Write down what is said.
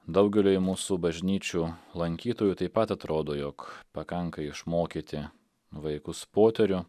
daugeliui mūsų bažnyčių lankytojų taip pat atrodo jog pakanka išmokyti vaikus poterių